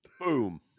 Boom